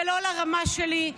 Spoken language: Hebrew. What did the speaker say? זה לא לרמה שלי,